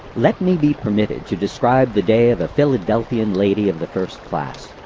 let me be permitted to describe the day of a philadelphia and lady of the first class.